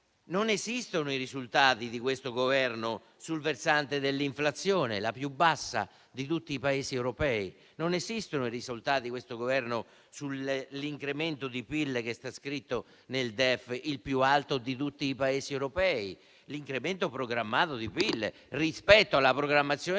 Non esistono i risultati di questo Governo sul versante dell'inflazione, la più bassa di tutti i Paesi europei? Non esistono i risultati di questo Governo sull'incremento di PIL che sta scritto nel DEF, il più alto di tutti i Paesi europei? Mi riferisco all'incremento programmato di PIL rispetto alla programmazione degli